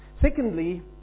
Secondly